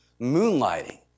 moonlighting